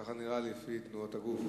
כך נראה לי, לפי תנועות הגוף.